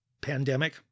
pandemic